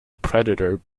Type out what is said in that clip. predator